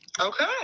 Okay